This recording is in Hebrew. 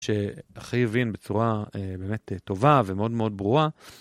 שאחי הבין בצורה באמת טובה ומאוד מאוד ברורה.